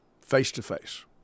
face-to-face